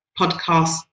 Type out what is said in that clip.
podcast